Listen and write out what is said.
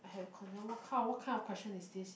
i have what kind what kind of question is this sia